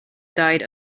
died